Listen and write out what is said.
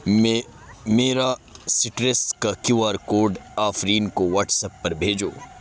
میں میرا سٹرس کا کیو آر کوڈ آفرین کو واٹس ایپ پر بھیجو